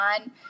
on